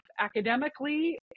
academically